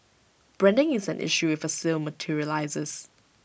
branding is an issue if A sale materialises